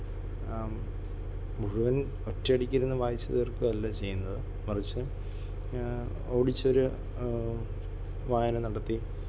മുഴുവൻ ഒറ്റയടിക്ക് ഇരുന്ന് വായിച്ച് തീർക്കുവല്ല ചെയ്യുന്നത് മറിച്ച് ഓടിച്ചൊരു വായന നടത്തി